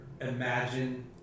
imagine